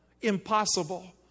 Impossible